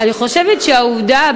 אני חושבת שהעובדה,